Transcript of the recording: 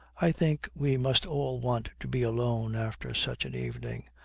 i think we must all want to be alone after such an evening.